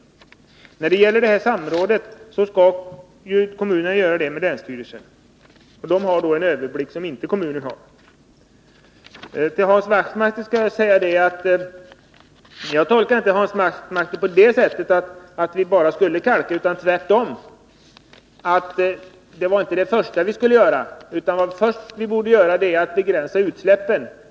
Vad sedan gäller samrådet skall kommunerna samråda med länsstyrelserna, som har en bättre överblick än kommunerna har. Jag vill säga till Hans Wachtmeister att jag inte tolkade hans anförande så att vi enbart skulle kalka utan tvärtom så att det inte var det första vi skulle göra — vi skulle i stället begränsa utsläppen.